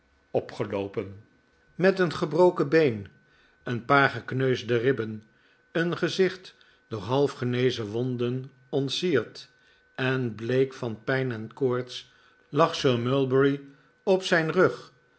opgeloopen met een gebroken been een paar gekneusde ribben een gezicht door half genezen wonden ontsierd en bleek van pijn en koorts lag sir mulberry op zijn rug